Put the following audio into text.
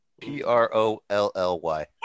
P-R-O-L-L-Y